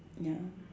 ya